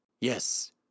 Yes